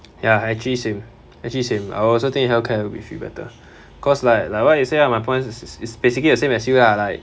ya actually same actually same I also think healthcare will be free better cause like like what you say ah my points is is is basically the same as you lah like